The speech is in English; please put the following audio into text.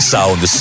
Sound